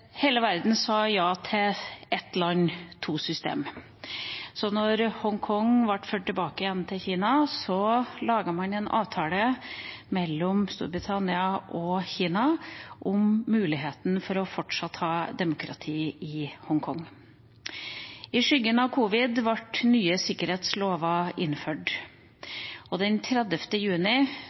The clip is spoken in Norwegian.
Hele verden sa ja til «ett land, to systemer». Da Hongkong ble ført tilbake til Kina, laget man en avtale mellom Storbritannia og Kina om muligheten for fortsatt å ha demokrati i Hongkong. I skyggen av covid ble nye sikkerhetslover innført, og den 30. juni